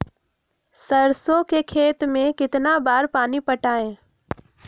सरसों के खेत मे कितना बार पानी पटाये?